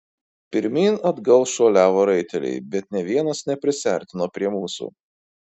pirmyn atgal šuoliavo raiteliai bet nė vienas neprisiartino prie mūsų